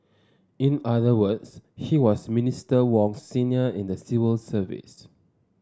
in other words he was Minister Wong's senior in the civil service